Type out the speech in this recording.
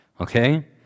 Okay